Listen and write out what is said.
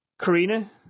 Karina